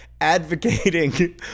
advocating